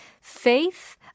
faith